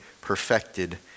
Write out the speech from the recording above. perfected